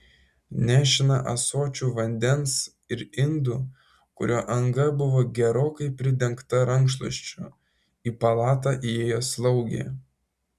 nešina ąsočiu vandens ir indu kurio anga buvo gerokai pridengta rankšluosčiu į palatą įėjo slaugė